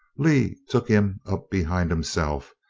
lee took him up behind himself,